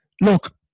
Look